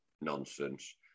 nonsense